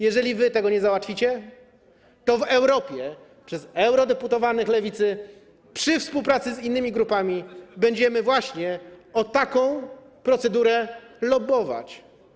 Jeżeli wy tego nie załatwicie, to w Europie przez eurodeputowanych Lewicy przy współpracy z innymi grupami będziemy właśnie o taką procedurę lobbować.